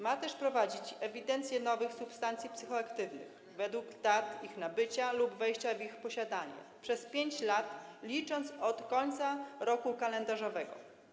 Ma też prowadzić on ewidencję nowych substancji psychoaktywnych według dat ich nabycia lub wejścia w ich posiadanie przez 5 lat, licząc od końca roku kalendarzowego.